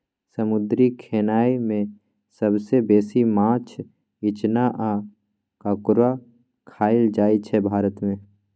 समुद्री खेनाए मे सबसँ बेसी माछ, इचना आ काँकोर खाएल जाइ छै भारत मे